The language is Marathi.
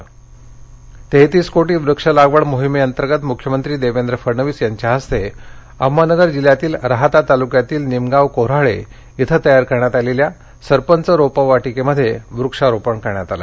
मुख्यमंत्री अहमदनगर तेहतीस कोटी वृक्ष लागवड मोहिमेंतर्गत मुख्यमंत्री देवेंद्र फडणवीस यांच्या हस्ते अहमदनगर जिल्ह्यातील राहाता तालुक्यातील निमगांव कोऱ्हाळे इथं तयार करण्यात आलेल्या सरपंच रोपवाटिकेमध्ये वृक्षारोपण करण्यात आले